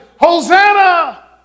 Hosanna